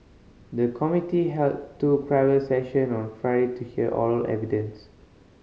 the committee held two private session on Friday to hear oral evidence